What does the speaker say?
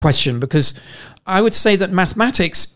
בגלל שאני אגיד שהמתמטיקה